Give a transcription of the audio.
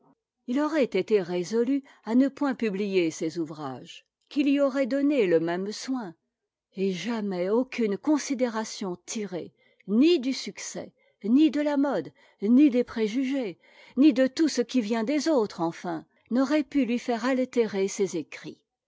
il aurait été résolu à ne point publier ses ouvrages qu'il y aurait donné le même soin et jamais aucune considération tirée ni du succès ni de la mode ni des préjugés ni de tout ce qui vient des autres enfin n'auriat pu lui faire altérer ses écrits